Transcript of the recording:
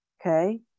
okay